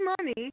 money